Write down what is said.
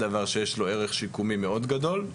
דבר שיש לו ערך שיקומי מאוד גדול.